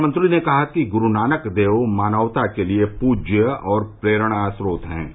प्रधानमंत्री ने कहा कि गुरूनानक देव मानवता के लिए पूज्य और प्रेरणा स्रोत हैं